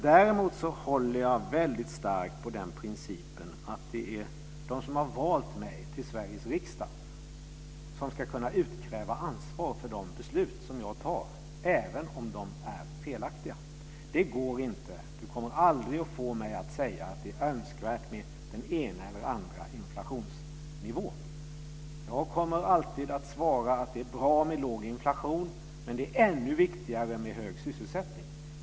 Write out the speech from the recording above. Däremot håller jag mycket starkt på principen att det är de som har valt mig till Sveriges riksdag som ska kunna utkräva ansvar för de beslut jag fattar, även om de är felaktiga. Det går inte. Gunnar Hökmark kommer aldrig att få mig att säga att det är önskvärt med den ena eller andra inflationsnivån. Jag kommer alltid att svara att det är bra med låg inflation. Men det är ännu viktigare med hög sysselsättning.